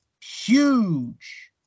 huge